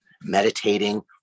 meditating